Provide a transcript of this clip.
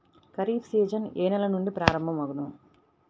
Kharif season ఏ నెల నుండి ప్రారంభం అగును?